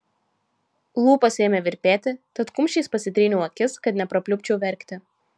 lūpos ėmė virpėti tad kumščiais pasitryniau akis kad neprapliupčiau verkti